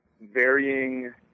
varying